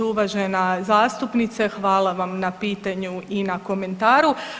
Uvažena zastupnice, hvala vam na pitanju i na komentaru.